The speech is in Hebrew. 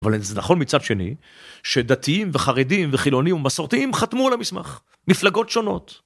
אבל זה נכון מצד שני, שדתיים וחרדים וחילונים ומסורתיים חתמו על המסמך. מפלגות שונות.